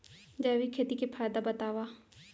जैविक खेती के फायदा बतावा?